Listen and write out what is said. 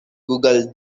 google